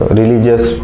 religious